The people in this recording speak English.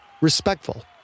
respectful